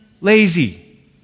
lazy